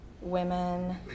women